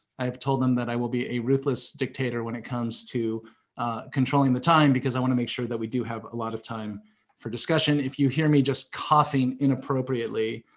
i have told them that i will be a ruthless dictator when it comes to controlling the time because i want to make sure that we do have a lot of time for discussion. if you hear me just coughing inappropriately,